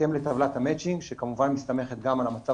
בהתאם לטבלת המצ'ינג שכמובן מסתמכת גם על המצב